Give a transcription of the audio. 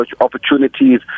opportunities